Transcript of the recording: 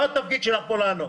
זה לא התפקיד שלך פה לענות.